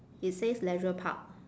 it says leisure park